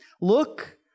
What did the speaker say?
Look